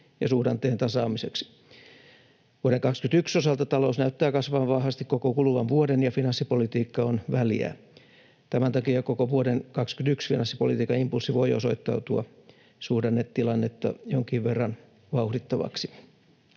ja suhdanteiden tasaamiseksi. Vuoden 21 osalta talous näyttää kasvavan vahvasti koko kuluvan vuoden ja finanssipolitiikka on väljää. Tämän takia koko vuoden 21 finanssipolitiikan impulssi voi osoittautua suhdannetilannetta jonkin verran vauhdittavaksi.